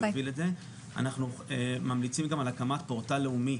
אנחנו גם ממליצים על הקמת פורטל לאומי